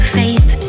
faith